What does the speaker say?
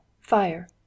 Fire